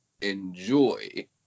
enjoy